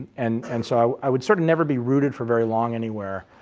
and and so i would sort of never be rooted for very long anywhere.